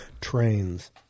Trains